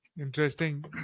Interesting